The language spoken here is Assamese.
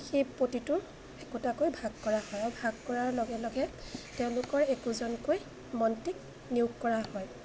সেই প্ৰতিটোৰ একোটাকৈ ভাগ কৰা হয় আৰু ভাগ কৰাৰ লগে লগে তেওঁলোকৰ একোজনকৈ মন্ত্ৰীক নিয়োগ কৰা হয়